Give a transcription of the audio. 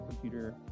computer